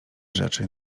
rzeczy